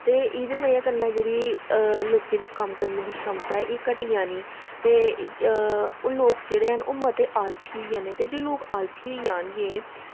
ते एह्दी बजह् कन्नै जेह्ड़ी लोकें दी कम्म करने दी क्षमता ऐ एह् घटी जानी ते ओह् लोक जेह्ड़े हैन ओह् मते आलसी होई जाने ते जे लोग आलसी होई जान गे ते